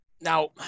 Now